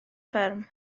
fferm